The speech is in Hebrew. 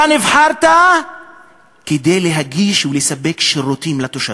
אתה נבחרת כדי להגיש ולספק שירותים לתושבים.